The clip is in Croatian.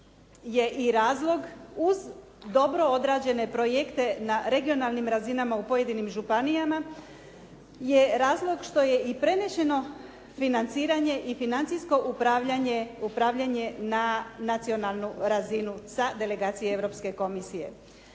razlog uz dobro odrađene projekte na regionalnim razinama u pojedinim županijama je razlog što je i preneseno financiranje i financijsko upravljanje na nacionalnu razinu sa delegacije Europske komisije.